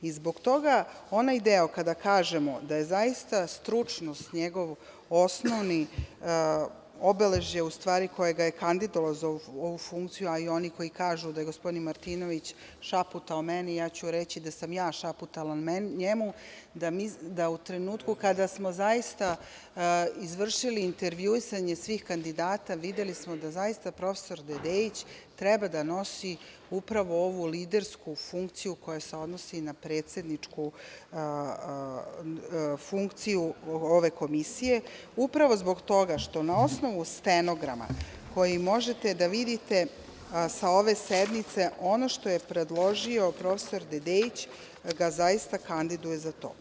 Zbog toga onaj deo kada kažemo da je zaista stručnost njegov osnovno obeležje, u stvari, koje ga je kandidovalo za ovu funkciju, a oni koji kažu da je gospodin Martinović šaputao meni, ja ću reći da sam ja šaputala njemu, da u trenutku kada smo zaista izvršili intervjuisanje svih kandidata videli smo da zaista profesor Dedeić treba da nosi upravo ovu lidersku funkciju koja se odnosi na predsedničku funkciju ove komisije, upravo zbog toga što na osnovu stenograma koji možete da vidite sa ove sednice ono što je predložio profesor Dedeić ga zaista kandiduje za to.